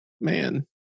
man